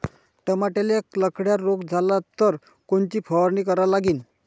टमाट्याले लखड्या रोग झाला तर कोनची फवारणी करा लागीन?